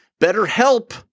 BetterHelp